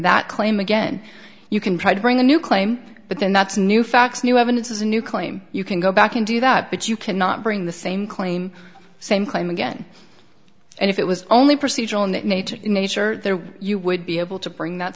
that claim again you can try to bring a new claim but then that's new facts new evidence is a new claim you can go back and do that but you cannot bring the same claim same claim again and if it was only procedural in that nature nature there you would be able to bring that